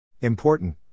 Important